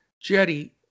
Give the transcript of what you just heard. Jetty